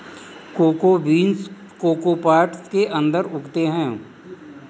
cocoa beans cocoa pods के अंदर उगते हैं